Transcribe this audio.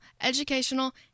educational